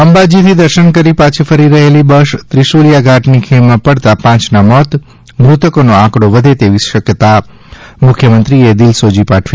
અંબાજીથી દર્શન કરી પાછી ફરી રહેલી બસ ત્રિશુલિયાઘાટની ખીણમાં પડતા પાંચના મોત મૃતકોનો આંકડો વધે તેવી શકયતા મુખ્યમંત્રીએ દિલસોજી પાઠવી